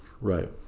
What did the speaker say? Right